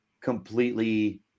completely